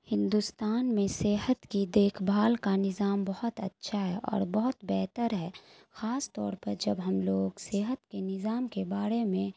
ہندوستان میں صحت کی دیکھ بھال کا نظام بہت اچھا ہے اور بہت بہتر ہے خاص طور پر جب ہم لوگ صحت کے نظام کے بارے میں